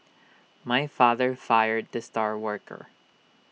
my father fired the star worker